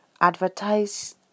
advertise